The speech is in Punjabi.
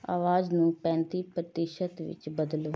ਆਵਾਜ਼ ਨੂੰ ਪੈਂਤੀ ਪ੍ਰਤੀਸ਼ਤ ਵਿੱਚ ਬਦਲੋ